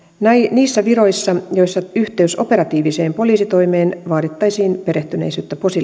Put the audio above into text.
niissä viroissa joissa on yhteys operatiiviseen poliisitoimeen vaadittaisiin perehtyneisyyttä